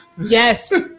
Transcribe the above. Yes